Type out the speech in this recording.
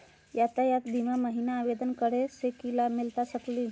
यातायात बीमा महिना आवेदन करै स की लाभ मिलता सकली हे?